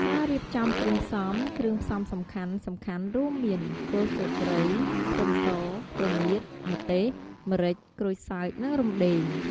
ការរៀបចំគ្រឿងផ្សំ គ្រឿងផ្សំសំខាន់ៗរួមមាន គល់ស្លឹកគ្រៃ ខ្ទឹមស រមៀត ម្ទេស ម្រេច ក្រូចសើច និងរំដេង។